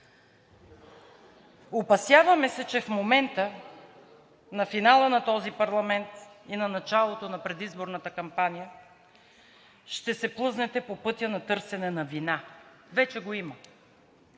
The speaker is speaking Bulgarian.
Опасяваме се, че в момента на финала на този парламент и началото на предизборната кампания ще се плъзнете по пътя на търсене на вина. Вече го има.